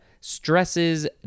stresses